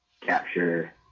capture